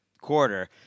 quarter